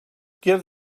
give